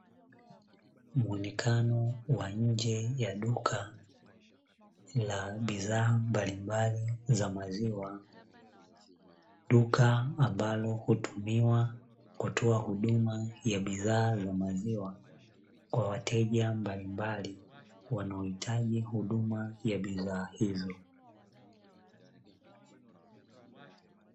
Muonekano wa nje ya duka la bidhaa mbalimbali za maziwa, duka ambalo hutumiwa kutoa huduma ya bidhaa za maziwa kwa wateja mbalimbali wanaohitaji huduma ya bidhaa hizo.